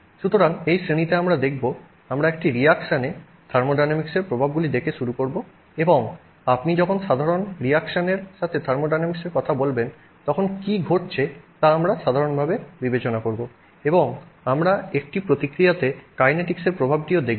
সুতরাং এই শ্রেণিতে আমরা দেখব আমরা একটি রিয়াকশনে থার্মোডিনামিক্সের প্রভাবগুলি দেখে শুরু করব এবং আপনি যখন সাধারণ রিয়াকশনের সাথে থার্মোডাইনামিক্সের কথা বলবেন তখন কী ঘটছে তা আমরা সাধারণভাবে বিবেচনা করব এবং আমরা একটি প্রতিক্রিয়াতে কাইনেটিকসের প্রভাবটিও দেখব